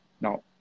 Now